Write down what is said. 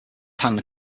hand